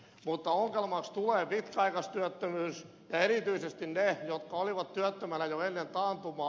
mutta ongelmaksi tulee pitkäaikaistyöttömyys ja erityisesti ne jotka olivat työttömänä jo ennen taantumaa